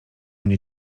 mnie